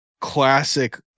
classic